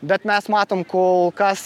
bet mes matom kol kas